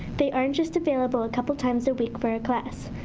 they aren't just available a couple of times a week for a class.